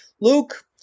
Luke